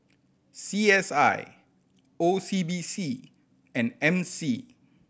C S I O C B C and M C